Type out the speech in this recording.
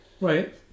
Right